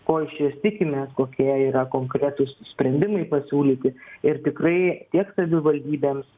ko iš jos tikimės kokie yra konkretūs sprendimai pasiūlyti ir tikrai tiek savivaldybėms